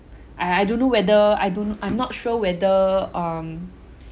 I I don't know whether I don't I'm not sure whether um